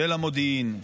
של המודיעין,